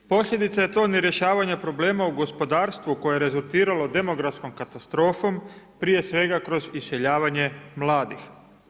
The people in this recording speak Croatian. Posljedica je to nerješavanja problema u gospodarstvu koje je rezultirala demografskom katastrofom, prije svega kroz iseljavanje mladih.